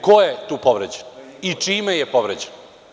Ko je tu povređen i čime je povređen?